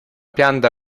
pianta